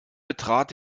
betrat